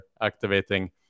activating